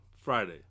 Friday